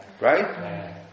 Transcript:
Right